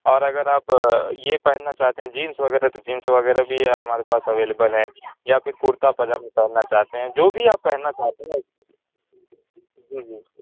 اور اگر آپ یہ پہننا چاہتے ہیں جینس وغیرہ تو جینس وغیرہ بھی ہمارے پاس اویلیبل ہیں یا پھر کرتا پائجامہ پہننا چاہتے ہیں جو بھی آپ پہننا چاہتے ہیں جی جی